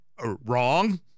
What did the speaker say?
Wrong